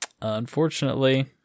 unfortunately